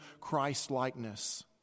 Christ-likeness